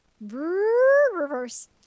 reverse